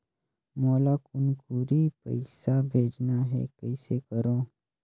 मोला कुनकुरी पइसा भेजना हैं, कइसे करो?